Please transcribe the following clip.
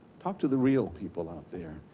talk to the real people out there,